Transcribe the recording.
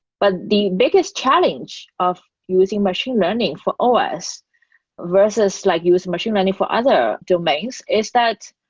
but the biggest challenge of using machine learning for ah os versus like use machine learning for other domains is that,